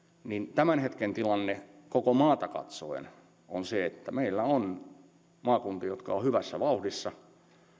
tämän hetken tilanne koko maata katsoen on se että meillä on maakuntia jotka ovat hyvässä vauhdissa